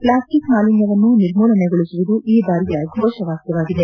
plastic ಮಾಲಿನ್ಣವನ್ನು ನಿರ್ಮೂಲನೆಗೊಳಿಸುವುದು ಈ ಬಾರಿಯ ಘೋಷವಾಕ್ಕವಾಗಿದೆ